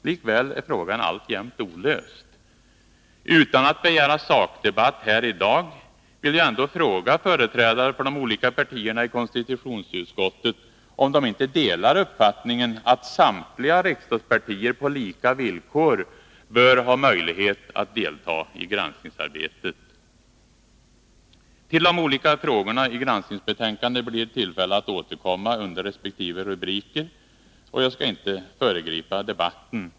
Likväl är frågan alltjämt olöst. Utan att begära sakdebatt här i dag vill jag ändå fråga företrädare för de olika partierna i konstitutionsutskottet om de inte delar uppfattningen att samtliga riksdagspartier på lika villkor bör ha möjlighet att delta i granskningsarbetet. Till de olika frågorna i granskningsbetänkandet blir det tillfälle att återkomma under resp. rubriker, och jag skall inte föregripa debatten.